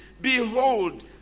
Behold